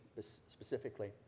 specifically